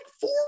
four